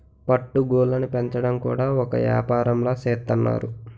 పట్టు గూళ్ళుని పెంచడం కూడా ఒక ఏపారంలా సేత్తన్నారు